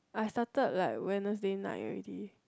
I started like Wednesday night already